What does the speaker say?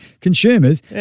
consumers